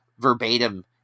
verbatim